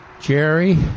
Jerry